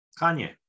Kanye